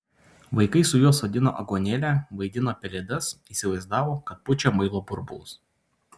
vaikai su juo sodino aguonėlę vaidino pelėdas įsivaizdavo kad pučia muilo burbulus